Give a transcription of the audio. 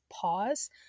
pause